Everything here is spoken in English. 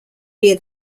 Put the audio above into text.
via